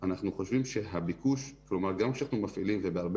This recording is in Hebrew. אנחנו חושבים שהביקוש כלומר גם כשאנחנו מפעילים ובהרבה